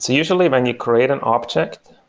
so usually, when you create an object,